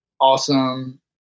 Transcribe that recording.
awesome